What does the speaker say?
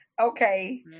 Okay